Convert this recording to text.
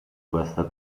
questa